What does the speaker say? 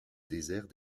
désert